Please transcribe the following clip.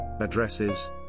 addresses